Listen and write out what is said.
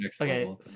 Okay